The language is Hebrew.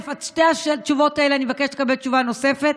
על שתי השאלות האלה אני מבקשת לקבל תשובה נוספת.